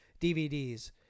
DVDs